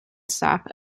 sap